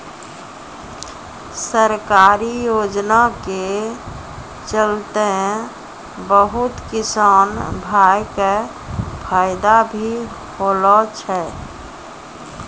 सरकारी योजना के चलतैं बहुत किसान भाय कॅ फायदा भी होलो छै